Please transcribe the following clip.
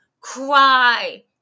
cry